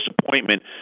disappointment